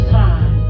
time